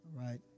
right